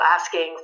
asking